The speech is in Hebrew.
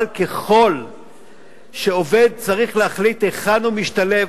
אבל ככל שעובד צריך להחליט היכן הוא משתלב,